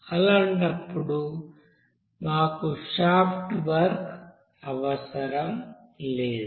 అలాంటప్పుడు మాకు shaft work అవసరం లేదు